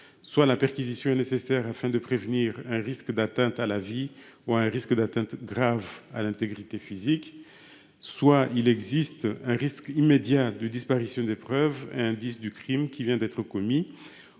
soit la perquisition est nécessaire afin de prévenir un risque d'atteinte à la vie ou un risque d'atteinte grave à l'intégrité physique ; soit il existe un risque immédiat de disparition des preuves et indices du crime qui vient d'être commis